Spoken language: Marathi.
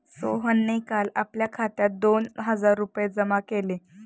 सोहनने काल आपल्या खात्यात दोन हजार रुपये जमा केले